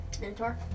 Mentor